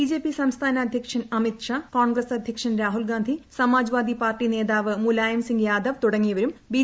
B J P സംസ്ഥാന അധ്യക്ഷൻ അമിത്ഷാ കോൺഗ്രസ് അധ്യക്ഷൻ രാഹുൽഗാന്ധി സമാജ് വാദി പാർട്ടി നേതാവ് മുലായം സിങ് യാദവ് തുടങ്ങിയവരും ബി